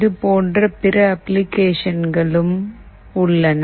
இது போன்ற பிற அப்ளிகேஷன்களும் உள்ளன